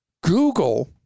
google